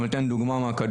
אבל אני אתן דוגמה מהכדורסל,